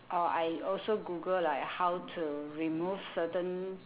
oh I also google like how to remove certain